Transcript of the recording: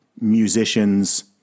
musicians